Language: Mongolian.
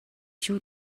шүү